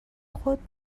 خود